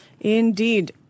Indeed